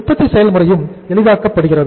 உற்பத்தி செயல்முறையும் எளிதாக்கப்படுகிறது